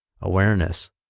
awareness